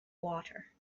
water